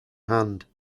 hand